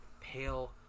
pale